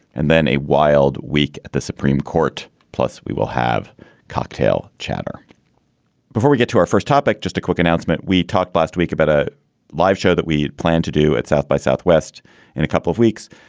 and then a wild week at the supreme court. plus, we will have cocktail chatter before we get to our first topic. just a quick announcement. we talked last week about a live show that we plan to do at south by southwest in a couple of weeks.